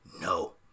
No